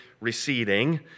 receding